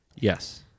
yes